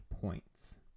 points